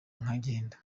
nkagenda